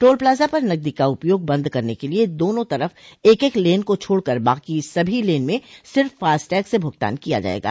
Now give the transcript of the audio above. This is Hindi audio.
टोल प्लाजा पर नकदी का उपयोग बंद करने के लिए दोनों तरफ एक एक लेन को छोड़कर बाकी सभी लेन में सिर्फ फास्टैग से भुगतान लिया जाएगा